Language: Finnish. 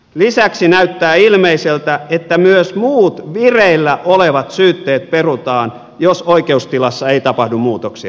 lisäksi näyttää ilmeiseltä että myös muut vireillä olevat syytteet perutaan jos oikeustilassa ei tapahdu muutoksia